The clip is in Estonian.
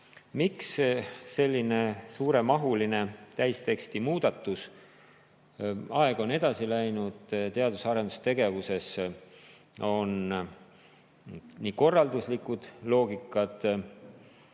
Miks selline suuremahuline täisteksti muutmine? Aeg on edasi läinud. Teadus- ja arendustegevuses on korralduslik loogika,